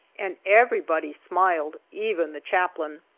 and everybody smiled even the chaplain!